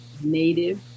Native